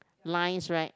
lines right